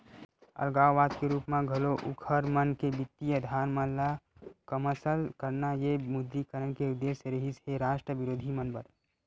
अलगाववाद के रुप म घलो उँखर मन के बित्तीय अधार मन ल कमसल करना ये विमुद्रीकरन के उद्देश्य रिहिस हे रास्ट बिरोधी मन बर